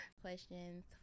questions